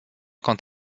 quant